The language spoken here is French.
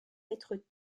lettres